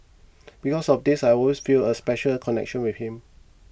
because of this I always feel a special a connection with him